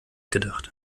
gedacht